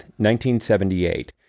1978